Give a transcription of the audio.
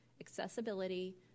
accessibility